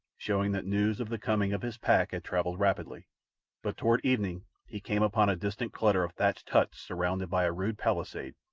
showing that news of the coming of his pack had travelled rapidly but toward evening he came upon a distant cluster of thatched huts surrounded by a rude palisade,